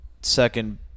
second